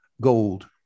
gold